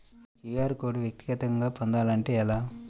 QR code వ్యక్తిగతంగా పొందాలంటే ఎలా?